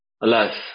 Alas